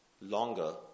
longer